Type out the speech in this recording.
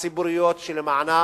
הציבוריות שלמענן